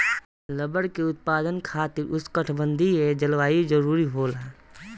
rubber के उत्पादन खातिर उष्णकटिबंधीय जलवायु जरुरी होला